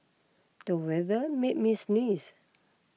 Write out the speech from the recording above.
the weather made me sneeze